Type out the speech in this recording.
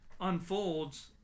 unfolds